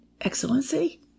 excellency